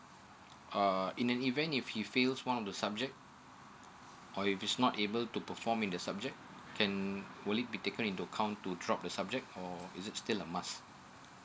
uh in an event if he fails one of the subject or if it's not able to perform in the subject can um will it be taken into a count to drop the subject or is it still a must